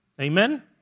Amen